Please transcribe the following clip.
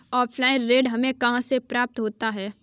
Offline ऋण हमें कहां से प्राप्त होता है?